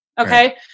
Okay